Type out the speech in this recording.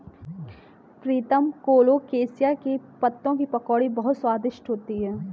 प्रीतम colocasia के पत्तों की पकौड़ी बहुत स्वादिष्ट होती है